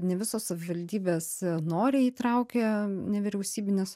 ne visos savivaldybės noriai įtraukia nevyriausybines